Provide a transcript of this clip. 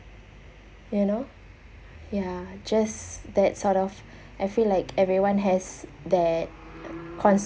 you know ya just that sort of every like everyone has that constant